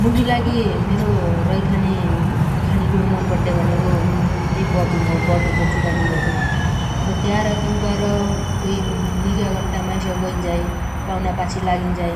मुखी लागि मेरो रैथाने खानेकुणो मन पड्डे भनेगो त्यै बटुग हो बटुग रे चुगानी बटुग । अब त्यार त्यौबार कोइ निगा गट्टा माइस गैन्झाइ पाउना पाछि लागिन्झाइ